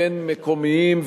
בין מקומיים,